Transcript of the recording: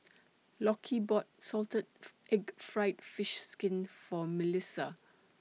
Lockie bought Salted Egg Fried Fish Skin For Milissa